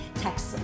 text